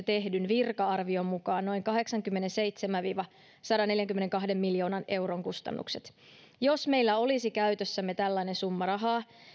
tehdyn virka arvion mukaan noin kahdeksankymmenenseitsemän viiva sadanneljänkymmenenkahden miljoonan euron kustannukset jos meillä olisi käytössämme tällainen summa rahaa